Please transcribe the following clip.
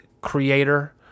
creator